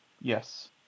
Yes